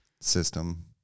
system